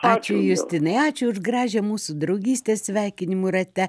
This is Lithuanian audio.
ačiū justinai ačiū už gražią mūsų draugystę sveikinimų rate